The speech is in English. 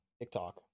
tiktok